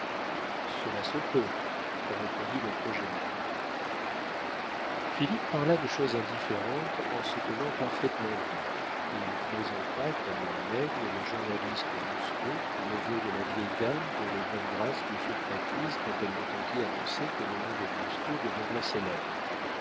cela se peut répondit l'octogénaire philippe parla de choses indifférentes en se tenant parfaitement bien il présenta comme un aigle le journaliste lousteau neveu de la vieille dame dont les bonnes grâces lui furent acquises quand elle l'entendit annoncer que le nom des lousteau deviendrait